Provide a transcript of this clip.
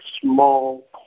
small